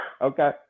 Okay